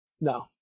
No